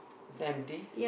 is empty